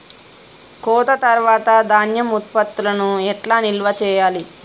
కోత తర్వాత ధాన్యం ఉత్పత్తులను ఎట్లా నిల్వ చేయాలి?